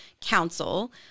council